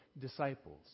disciples